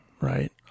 Right